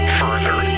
further